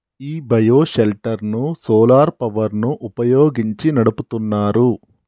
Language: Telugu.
ఈ బయో షెల్టర్ ను సోలార్ పవర్ ని వుపయోగించి నడుపుతున్నారు